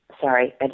sorry